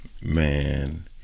Man